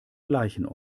gleichen